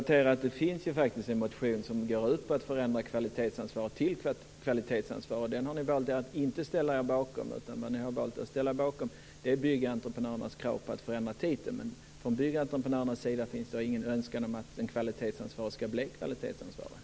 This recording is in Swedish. Herr talman! Det finns faktiskt en motion som går ut på att förändra kvalitetsansvar till kvalitetsansvar. Ni har valt att inte ställa er bakom den. I stället har ni valt att ställa er bakom Byggentreprenörernas krav på att förändra titeln. Men från Byggentreprenörernas sida finns det ingen önskan om att en kvalitetsansvarig skall bli kvalitetsansvarig.